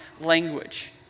language